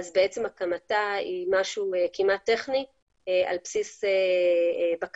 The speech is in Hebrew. בעצם הקמתה היא משהו כמעט טכני על בסיס בקשה,